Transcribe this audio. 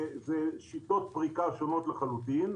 אלה שיטות פריקה שונות לחלוטין.